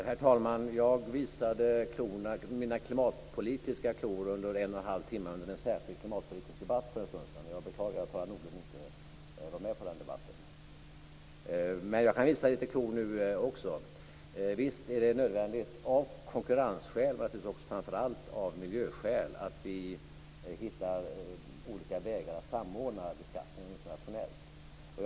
Herr talman! Jag visade mina klimatpolitiska klor under en och en halv timme under en särskild klimatpolitisk debatt för en stund sedan. Jag beklagar att Harald Nordlund inte var med på den debatten. Men jag kan visa lite klor nu också. Visst är det nödvändigt av konkurrensskäl, och framför allt naturligtvis också av miljöskäl, att vi hittar olika vägar att samordna beskattningen internationellt.